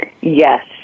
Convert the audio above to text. Yes